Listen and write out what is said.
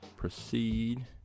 proceed